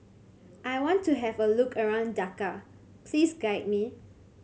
I want to have a look around Dhaka please guide me